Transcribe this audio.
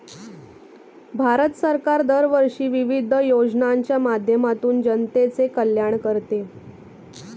भारत सरकार दरवर्षी विविध योजनांच्या माध्यमातून जनतेचे कल्याण करते